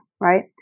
right